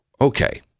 Okay